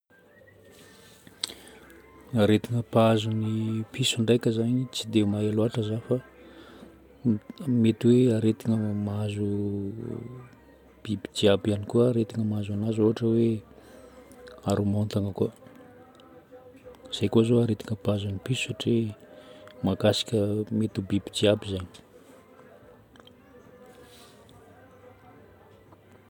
Aretigna mpahazo ny piso ndraika zagny tsy dia mahay loatra zaho fa mety hoe aretigna mahazo biby jiaby ihany koa aretigna mahazo ananjy, ôhatra hoe haromontagna koa. Zay koa zao aretigna mpahazo ny piso satria mahakasika- mety ho biby jiaby zagny.